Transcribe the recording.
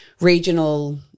regional